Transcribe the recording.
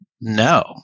No